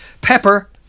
Pepper